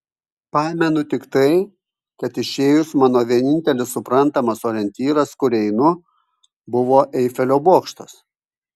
pamenu tik tai kad išėjus mano vienintelis suprantamas orientyras kur einu buvo eifelio bokštas